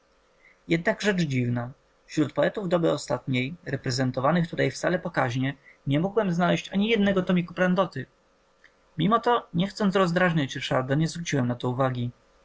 jednak rzecz dziwna wśród poetów doby ostatniej reprezentowanych tutaj wcale pokaźnie nie mogłem znaleźć ani jednego tomiku prandoty mimo to nie chcąc rozdrażniać ryszarda nie zwróciłem na to uwagi